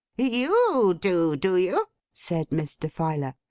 you do, do you said mr. filer.